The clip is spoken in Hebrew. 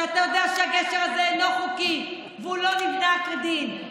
שהגשר הזה אינו חוקי ושהוא לא נבנה כדין.